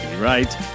right